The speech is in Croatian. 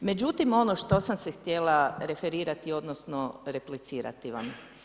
Međutim ono što sam se htjela referirati odnosno replicirati vam.